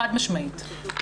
חד-משמעית.